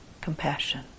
compassion